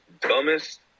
dumbest